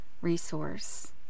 resource